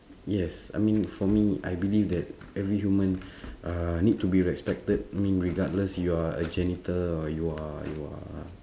yes I mean for me I believe that every human uh need to be respected I mean regardless you are a janitor or you are you are